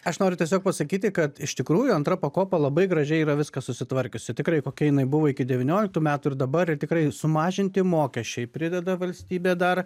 aš noriu tiesiog pasakyti kad iš tikrųjų antra pakopa labai gražiai yra viską susitvarkiusi tikrai kokia jinai buvo iki devynioliktų metų ir dabar tikrai sumažinti mokesčiai prideda valstybė dar